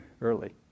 early